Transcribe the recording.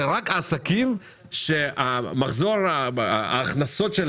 זה רק עסקים שמחזור ההכנסות שלהם,